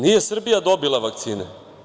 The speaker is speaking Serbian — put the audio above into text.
Nije Srbija dobila vakcine.